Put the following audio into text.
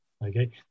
Okay